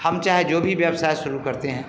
हम चाहे जो भी व्यवसाय शुरू करते हैं